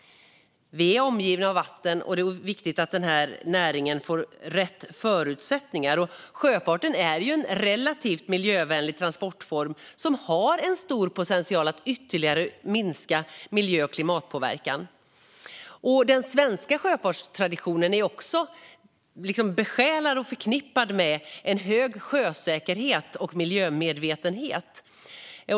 Vi är omgivna av vatten, och det är viktigt att denna näring får rätt förutsättningar. Och sjöfarten är en relativt miljövänlig transportform som har en stor potential att ytterligare minska miljö och klimatpåverkan. Den svenska sjöfartstraditionen är besjälad av och förknippad med en stor sjösäkerhet och miljömedvetenhet.